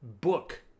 book